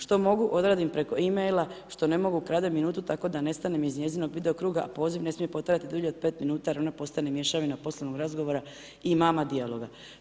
Što mogu odradim preko emaila, što ne mogu ukradem minutu, tkao da nestanem iz njezinog vidokruga, a poziv ne smije potrajati dulje od 5 min, jer ona postane mješavina poslovnog razgovora i mama dijelove.